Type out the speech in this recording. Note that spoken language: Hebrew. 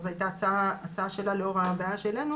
זאת הייתה הצעה שלהם לאור הבעיה שהעלינו